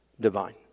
divine